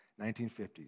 1950s